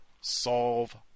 solve